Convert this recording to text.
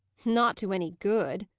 not to any good,